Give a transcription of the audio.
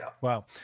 Wow